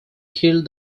killed